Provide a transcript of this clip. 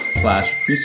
slash